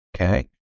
okay